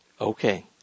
Okay